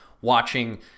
watching